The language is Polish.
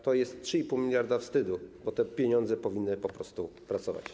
To jest 3,5 mld wstydu, bo te pieniądze powinny po prostu pracować.